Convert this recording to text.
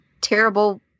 terrible